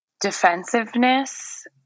defensiveness